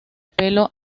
pelo